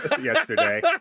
yesterday